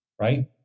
right